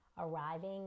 arriving